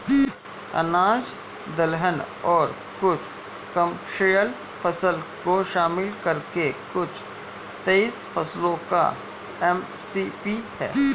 अनाज दलहन और कुछ कमर्शियल फसल को शामिल करके कुल तेईस फसलों का एम.एस.पी है